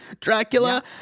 Dracula